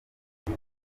uyu